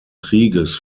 krieges